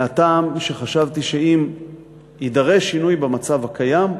מהטעם שחשבתי שאם יידרש שינוי במצב הקיים,